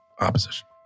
opposition